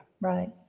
Right